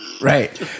right